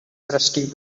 crusty